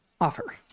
offer